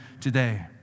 today